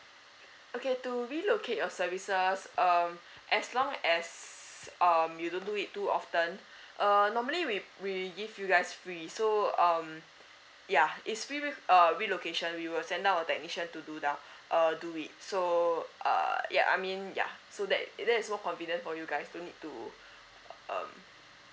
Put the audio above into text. okay to relocate your services um as long as um you don't do it too often err normally we we give you guys free so um ya it's free with uh relocation we will send our technician to do down err do it so uh ya I mean ya so that that is more convenient for you guys don't need to um